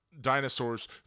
dinosaurs